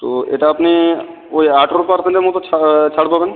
তো এটা আপনি ঐ আঠেরো পারসেন্টের মতো ছা ছাড় পাবেন